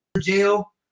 jail